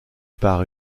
par